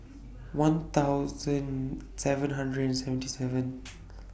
one thousand seven hundred and seventy seven